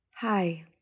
Hi